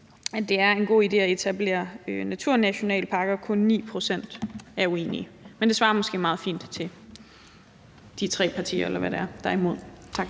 at det er en god idé at etablere nye naturnationalparker. Kun 9 pct. er uenige. Men det svarer måske meget fint til de tre partier, eller hvem det